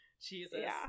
Jesus